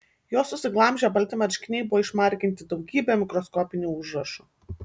jo susiglamžę balti marškiniai buvo išmarginti daugybe mikroskopinių užrašų